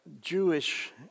Jewish